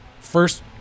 First